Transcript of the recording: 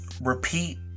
repeat